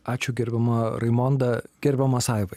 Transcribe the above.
ačiū gerbiama raimonda gerbiamas aivai